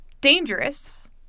dangerous